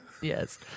Yes